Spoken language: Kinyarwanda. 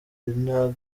kuva